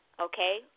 Okay